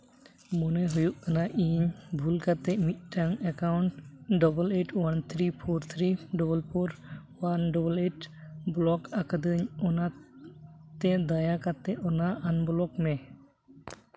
ᱢᱚᱱᱮ ᱦᱩᱭᱩᱜ ᱠᱟᱱᱟ ᱤᱧ ᱵᱷᱩᱞ ᱠᱟᱛᱮᱫ ᱢᱤᱫᱴᱟᱱ account double eight one three four three double four one double eight block ᱟᱠᱟᱫᱟᱹᱧ ᱚᱱᱟᱛᱮ ᱫᱟᱭᱟ ᱠᱟᱛᱮᱫ ᱚᱱᱟ ᱟᱱᱵᱞᱚᱠ ᱢᱮ